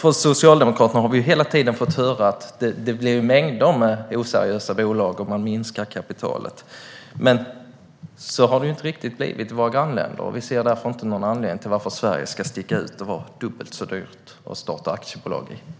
Från Socialdemokraterna har vi hela tiden fått höra att det kommer att bli mängder med oseriösa bolag om kapitalet minskas. Men så har det inte riktigt blivit i våra grannländer. Sverigedemokraterna ser därför inte någon anledning till att det ska vara dubbelt så dyrt att starta aktiebolag i Sverige.